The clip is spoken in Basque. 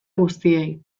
guztiei